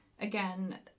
again